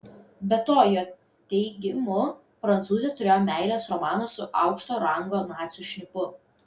be to jo teigimu prancūzė turėjo meilės romaną su aukšto rango nacių šnipu